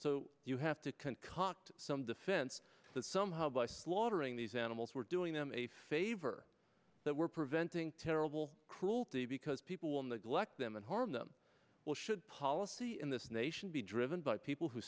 so you have to concoct some defense that somehow by slaughtering these animals we're doing them a favor that we're preventing terrible cruelty because people in that black them and harm them well should policy in this nation be driven by people who